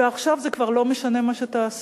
ועכשיו זה כבר לא משנה מה שתעשה.